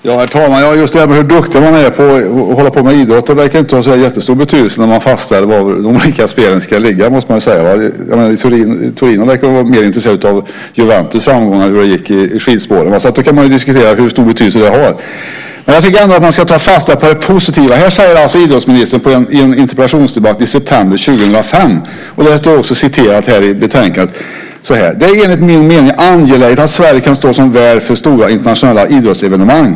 Herr talman! Just det här med hur duktig man är att hålla på med idrott verkar inte ha så jättestor betydelse när det fastställs var de olika spelen ska ligga. I Turin verkade de vara mer intresserade av Juventus framgångar än hur det gick i skidspåren. Man kan alltså diskutera hur stor betydelse det har. Jag tycker ändå att man ska ta fasta på det positiva. I en interpellationsdebatt i september 2005, som citeras i betänkandet, säger idrottsminister Bosse Ringholm så här: "Det är enligt min mening angeläget att Sverige kan stå som värd för stora internationella idrottsevenemang.